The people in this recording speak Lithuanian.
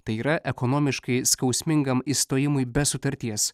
tai yra ekonomiškai skausmingam išstojimui be sutarties